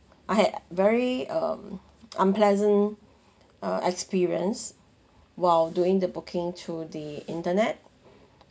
I had very um unpleasant uh experience while doing the booking through the internet